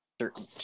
certain